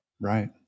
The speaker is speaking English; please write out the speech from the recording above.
Right